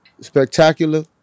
spectacular